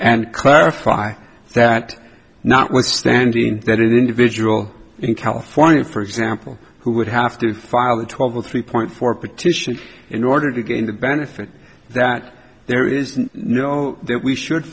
and clarify that notwithstanding that individual in california for example who would have to file a twelve a three point four petition in order to gain the benefit that there is no that we should